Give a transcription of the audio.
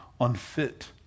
unfit